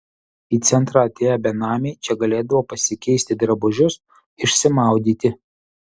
į centrą atėję benamiai čia galėdavo pasikeisti drabužius išsimaudyti